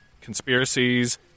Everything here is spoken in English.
conspiracies